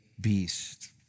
beast